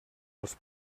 els